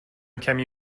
کمی